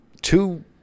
two